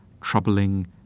troubling